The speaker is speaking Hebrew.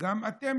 וגם אתם,